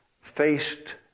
faced